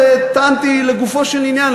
וטענתי לגופו של עניין,